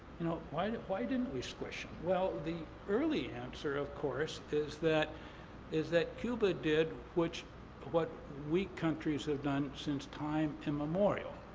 you know, why didn't why didn't we squish them? well, the early answer, of course, is that is that cuba did what weak countries have done since time immemorial.